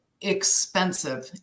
expensive